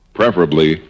preferably